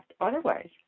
otherwise